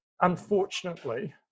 unfortunately